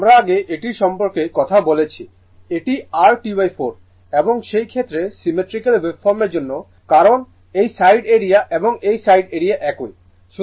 আমরা আগে এটির সম্পর্কে কথা বলেছিল এটি r T4 এবং সেই ক্ষেত্রে সিমেট্রিক্যাল ওয়েভফর্মের জন্য কারণ এই সাইড এরিয়া এবং এই সাইড এরিয়া একই